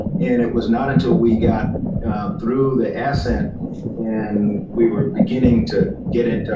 and it was not until we got through the ascent and we were beginning to get it,